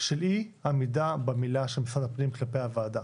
של אי-עמידה במילה של משרד הפנים כלפי הוועדה,